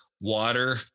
water